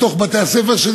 בתוך בתי-הספר,